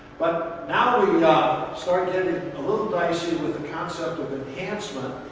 but now we start getting a little dicey with the concept of enhancement.